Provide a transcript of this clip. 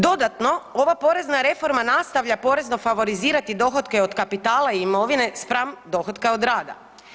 Dodatno, ova porezna reforma nastavlja porezno favorizirati dohotke od kapitala i imovine spram dohotka od rada.